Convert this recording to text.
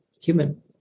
human